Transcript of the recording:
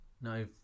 No